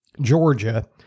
Georgia